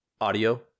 Audio